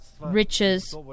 riches